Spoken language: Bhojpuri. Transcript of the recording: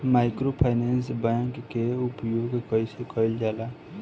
माइक्रोफाइनेंस बैंक के उपयोग कइसे कइल जाला?